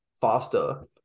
faster